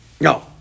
No